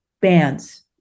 bands